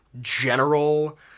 general